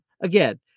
again